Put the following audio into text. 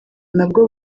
nabwo